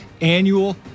annual